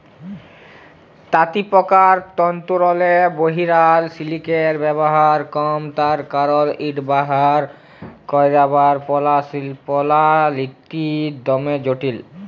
তাঁতিপকার তল্তুরলে বহিরাল সিলিকের ব্যাভার কম তার কারল ইট বাইর ক্যইরবার পলালিটা দমে জটিল